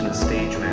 stage